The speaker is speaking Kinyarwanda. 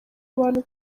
abantu